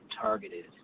targeted